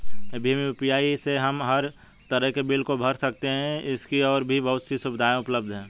Bhim UPI से हम हर तरह के बिल को भर सकते है, इसकी और भी बहुत सी सुविधाएं उपलब्ध है